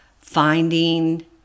finding